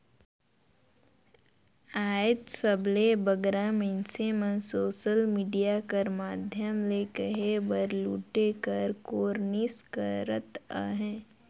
आएज सबले बगरा मइनसे मन सोसल मिडिया कर माध्यम ले कहे बर लूटे कर कोरनिस करत अहें